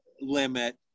limit